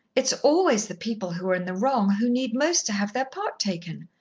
it's always the people who are in the wrong who need most to have their part taken,